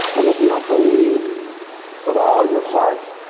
and if you don't believe with all your heart,